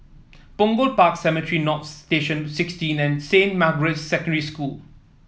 Punggol Park Cemetry North Station sixteen and Saint Margaret's Secondary School